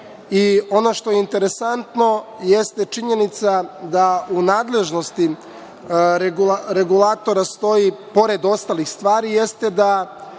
Ono što je interesantno jeste činjenica da u nadležnosti regulatora stoji da, pored ostalih stvari, prva, kaže,